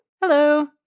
Hello